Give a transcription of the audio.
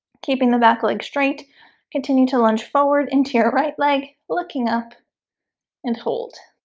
keeping the back leg straight continue to lunge forward into your right leg looking up and hold